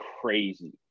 crazy